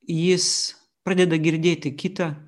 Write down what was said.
jis pradeda girdėti kitą